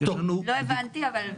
לא הבנתי, אבל בסדר.